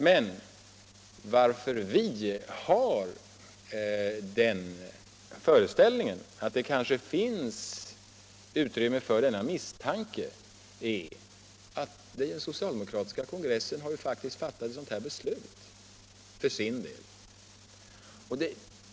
Men att vi har den föreställningen att det kanske finns utrymme för denna misstanke beror på att den socialdemokratiska kongressen faktiskt fattade ett sådant beslut för sin del.